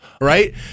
right